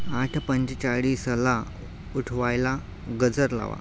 आठ पंचेचाळीसला उठवायला गजर लावा